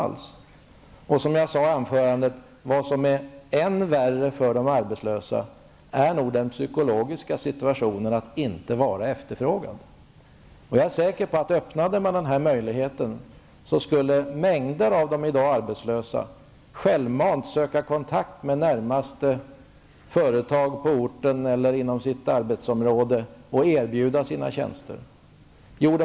Som jag sade i mitt anförande är nog det värsta för de arbetslösa den psykologiska situation de befinner sig i då de inte är efterfrågade. Jag är säker på att om man öppnade den här möjligheten skulle många av de som i dag är arbetslösa självmant söka kontakt med närmaste företag på orten eller inom sitt arbetsområde och erbjuda sina tjänster.